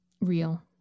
Real